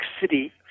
City